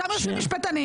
שמה יושבים משפטנים.